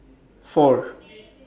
four